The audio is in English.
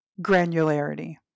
granularity